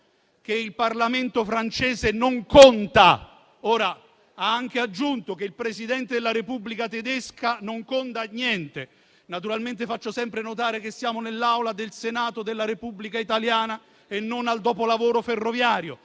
che il Parlamento francese non conta, ora ha anche aggiunto che il Presidente della Repubblica tedesca non conta niente. Naturalmente faccio sempre notare che siamo nell'Aula del Senato della Repubblica italiana e non al dopolavoro ferroviario;